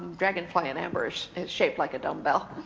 dragonfly in amber is shaped like a dumbell.